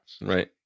Right